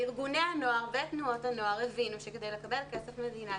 וארגוני הנוער ותנועות הנוער הבינו שכדי לקבל כסף מדינה,